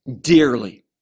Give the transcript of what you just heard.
dearly